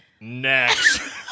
next